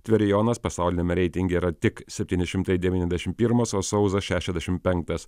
tverijonas pasauliniame reitinge yra tik septyni šimtai devyniasdešimt pirmas o sauzas šešiasdešimt penktas